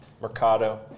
Mercado